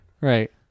Right